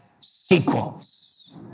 sequels